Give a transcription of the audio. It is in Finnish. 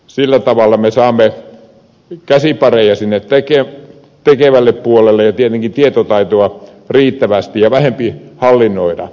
sillä tavalla me saamme käsipareja sinne tekevälle puolelle ja tietenkin tietotaitoa riittävästi ja vähempi hallinnointia